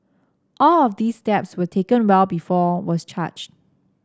all of these steps were taken well before was charged